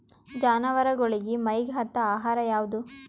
ಜಾನವಾರಗೊಳಿಗಿ ಮೈಗ್ ಹತ್ತ ಆಹಾರ ಯಾವುದು?